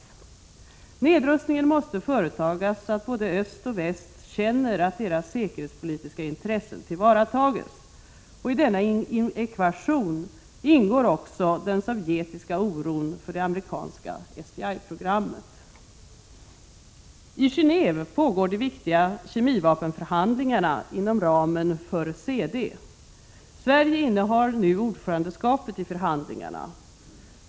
Nedrustningen måste företas så att både öst och väst känner att deras säkerhetspolitiska intressen tillvaratas. I denna ekvation ingår också den sovjetiska oron för det amerikanska SDI-programmet. I Gendve pågår de viktiga kemivapenförhandlingarna inom ramen för CD. Sverige innehar nu ordförandeskapet i förhandlingarna.